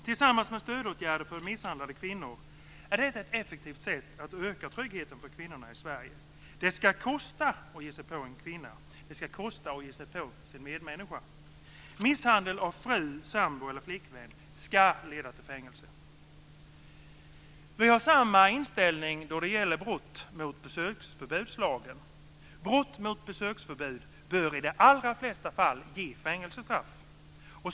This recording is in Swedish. Tillsammans med stödåtgärder för de misshandlade kvinnorna är det ett effektivt sätt att öka tryggheten för kvinnorna i Sverige. Det ska kosta att ge sig på en kvinna. Det ska kosta att ge sig på sin medmänniska. Misshandel av fru, sambo eller flickvän ska leda till fängelse. Vi har samma inställning då det gäller brott mot besöksförbudslagen. Brott mot besöksförbud bör i de allra flesta fall ge fängelsestraff.